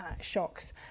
shocks